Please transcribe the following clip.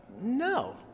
no